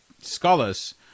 scholars